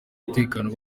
umutekano